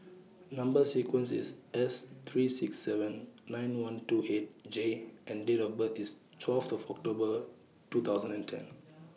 Number sequence IS S three six seven nine one two eight J and Date of birth IS twelve of October two thousand and ten